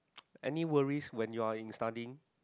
any worries when you are in studying